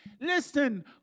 Listen